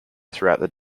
throughout